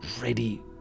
ready